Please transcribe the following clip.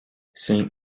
saint